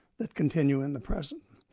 that continue in the present.